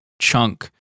chunk